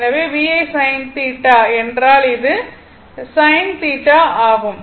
எனவே VI sin θ this is என்றால் இது sin θ ஆகும்